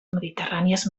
mediterrànies